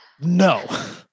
no